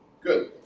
good.